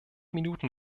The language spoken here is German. minuten